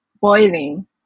boiling